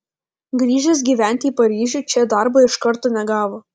grįžęs gyventi į paryžių čia darbo iš karto negavo